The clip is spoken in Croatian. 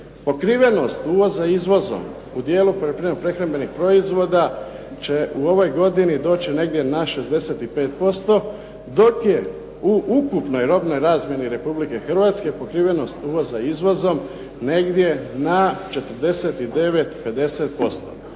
Pokrivenost uvoza izvozom u dijelu poljoprivredno-prehrambenih proizvoda će u ovoj godini doći negdje na 65% dok je u ukupnoj robnoj razmjeni Republike Hrvatske pokrivenost uvoza izvozom negdje na 49, 50%.